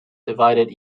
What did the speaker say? divided